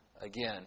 again